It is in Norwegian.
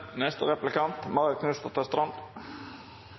neste replikant,